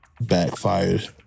backfired